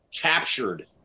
captured